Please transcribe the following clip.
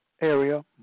area